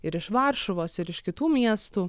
ir iš varšuvos ir iš kitų miestų